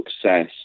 success